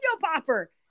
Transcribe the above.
popper